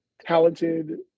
talented